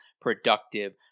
productive